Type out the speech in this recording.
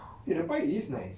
eh the pie is nice